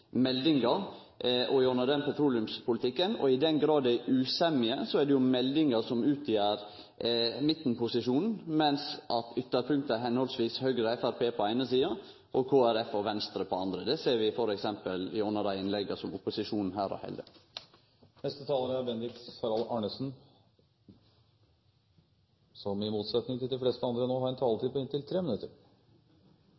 meldinga og – gjennom den – petroleumspolitikken. I den grad det er usemje, er det jo meldinga som utgjer midtposisjonen, mens ytterpunkta er Høgre og Framstegspartiet på den eine sida og Kristeleg Folkeparti og Venstre på den andre. Det ser vi f.eks. gjennom dei innlegga som opposisjonen her har